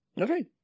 Okay